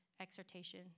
exhortation